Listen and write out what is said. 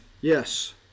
yes